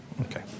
Okay